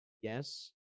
yes